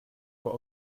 vor